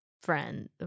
friend